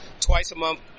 twice-a-month